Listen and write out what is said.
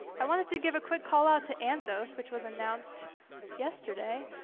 i wanted to give a quick callout to anthos, which was announced yesterday,